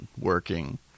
working